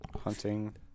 hunting